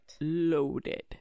loaded